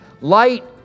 Light